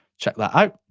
check that out.